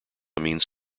means